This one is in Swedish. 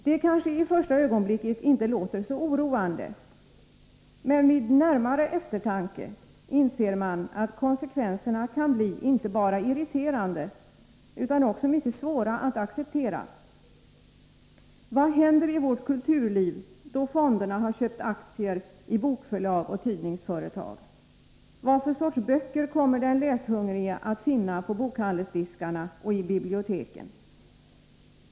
Det kanske i första ögonblicket inte låter så oroande, men vid närmare eftertanke inser man att konsekvenserna kan bli inte bara irriterande utan också mycket svåra att acceptera. Vad händer i vårt kulturliv då fonderna köpt aktier i bokförlag och tidningsföretag? Vad för sorts böcker kommer den läshungrige att finna på bokhandelsdiskarna och i biblioteken?